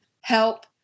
help